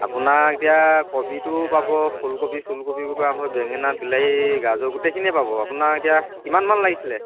আপোনাৰ এতিয়া কবিটো পাব ফুলকবি চুলকবিবোৰৰপৰা আৰম্ভ কৰি বেঙেনা বিলাহী গাজৰ গোটেইখিনিয়েই পাব আপোনাৰ এতিয়া কিমানমান লাগিছিলে